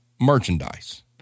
merchandise